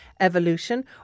Evolution